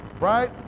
Right